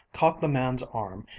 caught the man's arm,